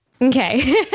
Okay